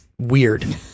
weird